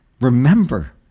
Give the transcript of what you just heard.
Remember